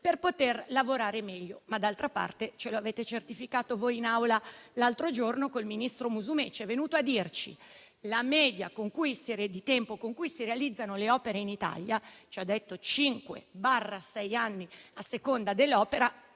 per lavorare meglio, ma d'altra parte lo avete certificato voi in Aula l'altro giorno con il ministro Musumeci, il quale è venuto a dirci che la media di tempo con cui si realizzano le opere in Italia sono cinque-sei anni a seconda dell'opera